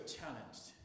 challenged